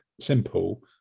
simple